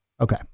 okay